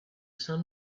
sun